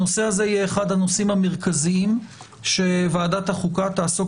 הנושא הזה יהיה אחד הנושאים המרכזיים שוועדת החוקה תעסוק